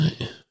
right